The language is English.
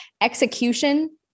execution